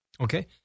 Okay